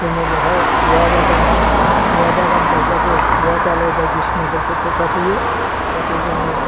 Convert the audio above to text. जोङो बहाय औवा बागान औवा बागान गायब्लाबो दालाय बायदिसिनाफोरखौ फोसाब हैयो जाहाथे जोङो